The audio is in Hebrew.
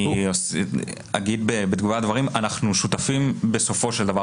אגיד בתגובה לדברים: אנחנו שותפים בסופו של דבר